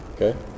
Okay